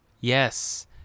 Yes